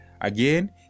Again